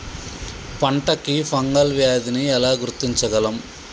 పంట కి ఫంగల్ వ్యాధి ని ఎలా గుర్తించగలం?